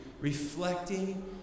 reflecting